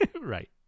Right